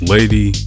Lady